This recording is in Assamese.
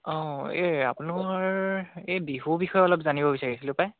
অঁ এই আপোনালোকৰ এই বিহুৰ বিষয়ে অলপ জানিব বিচাৰিছিলো পাই